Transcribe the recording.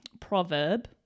proverb